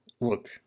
Look